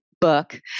book